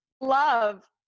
love